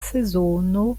sezono